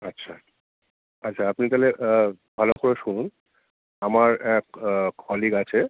আচ্ছা আচ্ছা আপনি তাহলে ভালো করে শুনুন আমার এক কলিগ আছে